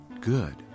good